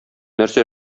нәрсә